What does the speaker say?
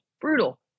Brutal